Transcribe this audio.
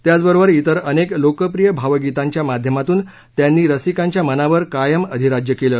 त्याचबरोबर इतर अनेक लोकप्रिय भावगीतांच्या माध्यमातून त्यांनी रसिकांच्या मनावर कायम अधिराज्य केलं